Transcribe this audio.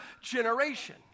generation